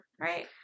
Right